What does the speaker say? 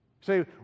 Say